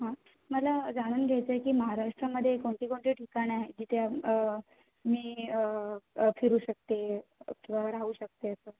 हां मला जाणून घ्यायचं आहे की महाराष्ट्रामध्ये कोणते कोणते ठिकाणं आहेत जिथे मी फिरू शकते किंवा राहू शकते असं